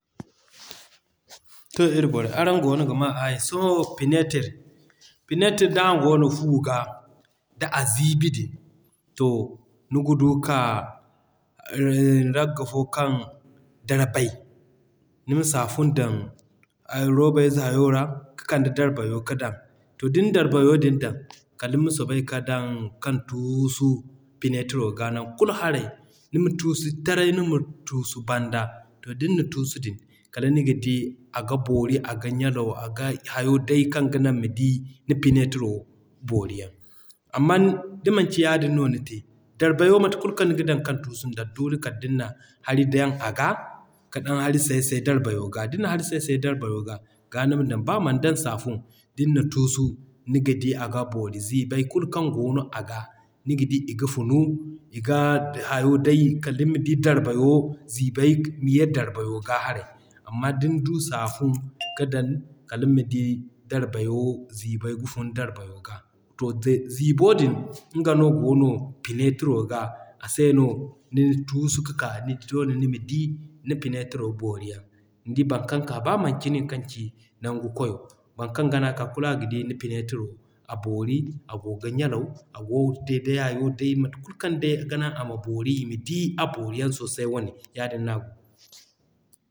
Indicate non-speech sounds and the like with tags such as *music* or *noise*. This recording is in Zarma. To ir borey araŋ goono ga maa aayi. Sohõ Pinetre, Pinetre d'a goono fu ga, d'a ziibi din, to niga du ka *hesitation* ragga fo kaŋ darbay nima saafun dan roobay ze hayo ra ka kande darbayo ka dan. To din na darbayo din dan, kaliŋ ma soobay ka dan kaŋ tuusu Pinetro ga non kulu haray. Nima tuusu taray nima tuusu banda. To din na tuusu din, kala niga di aga boori, aga ɲalaw, aga hayo day kaŋ ga nan nima di ni Pinetro boori yaŋ. Amman da manci yaadin no ni te, Darbayo mate kulu kaŋ niga dan kaŋ tuusu nda doole kala din na hari dan a ga, ka dan hari say say Darbayo ga. Din na hari say say Darbayo ga, ga nima dan b'a man dan saafun, din na tuusu niga di aga boori ziibay kulu kaŋ goono aga niga di i ga funu, i ga hayo day kaliŋ ma di Darbayo ziibay ma ye Darbayo ga haray. Amma din du saafun ka dan kaliŋ ma di Darbayo ziibay ga funu Darbayo ga. To *unintelligible* ziibo din nga no goono Pinetro ga ase no nin tuusu ka k'a. Doole nima di Pinetro boori yaŋ. Nidi boro kaŋ ka b'a manci nin kaŋ ci nangu koyo, boŋ kaŋ gana k'a kulu aga di ni Pinetro a boori, a goono ga ɲalaw, a go day day hayo day mate kulu kaŋ day ga nan ama boori ima di a boori yaŋ sosai wane. Yaadin no a goo.